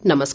नमस्कार